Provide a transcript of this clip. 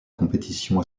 compétition